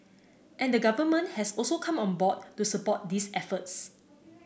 and the Government has also come on board to support these efforts